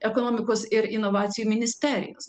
ekonomikos ir inovacijų ministerijos